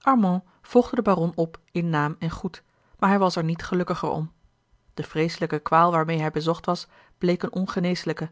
armand volgde den baron op in naam en goed maar hij was er niet gelukkiger om de vreeselijke kwaal waarmeê hij bezocht was bleek eene ongeneeslijke